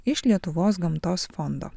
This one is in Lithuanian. iš lietuvos gamtos fondo